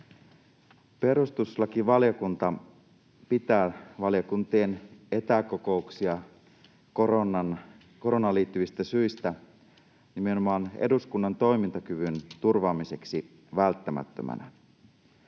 Perustuslakivaliokunta pitää valiokuntien etäkokouksia koronaan liittyvistä syistä nimenomaan eduskunnan toimintakyvyn turvaamiseksi välttämättöminä.